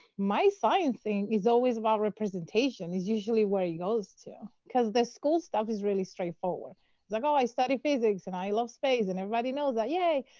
my science thing is always about representation. it's usually where it goes to, because the school stuff is really straightforward. it's like, oh, i study physics. and i love space. and everybody knows that. yay!